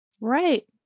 Right